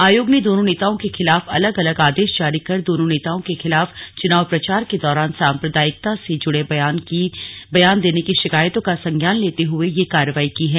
आयोग ने दोनों नेताओं के खिलाफ अलग अलग आदेश जारी कर दोनों नेताओं के खिलाफ चुनाव प्रचार के दौरान सांप्रदायिकता से जुड़े बयान देने की शिकायतों का संज्ञान लेते हुये यह कार्रवाई की है